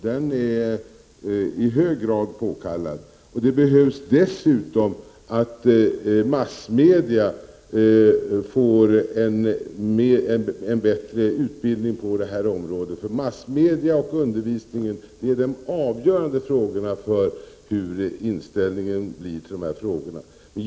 Det är i hög grad påkallat. Dessutom behövs det att massmedia får en bättre utbildning på det här området. Massmedias behandling och undervisning är de avgörande faktorerna för hur inställningen till de här frågorna skall bli.